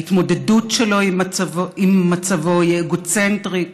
ההתמודדות שלו עם מצבו היא אגוצנטרית,